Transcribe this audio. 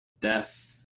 Death